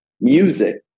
music